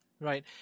Right